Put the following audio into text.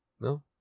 No